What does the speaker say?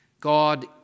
God